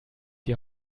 die